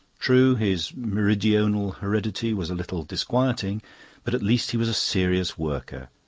true, his meridional heredity was a little disquieting but at least he was a serious worker,